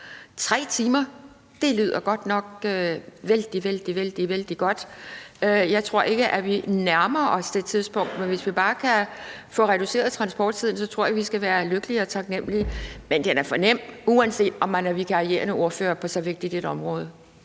Jørgensen. Det lyder godt nok vældig, vældig godt med en transporttid på 3 timer. Jeg tror ikke, at vi nærmer os den tid, men hvis vi bare kan få reduceret transporttiden, tror jeg, vi skal være lykkelige og taknemlige. Men det er for nemt et svar, uanset at man er vikarierende ordfører, på så vigtigt et område.